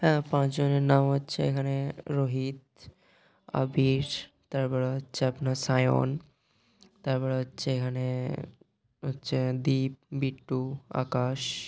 হ্যাঁ পাঁচজনের নাম হচ্ছে এখানে রোহিত আবির তারপরে হচ্ছে আপনার সায়ন তারপরে হচ্ছে এখানে হচ্ছে দীপ বিট্টু আকাশ